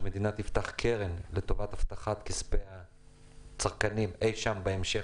שהמדינה תפתח קרן לטובת הבטחת כספי הצרכנים אי שם בהמשך,